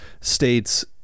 states